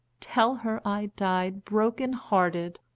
tell her i died broken-hearted,